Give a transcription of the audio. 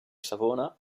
savona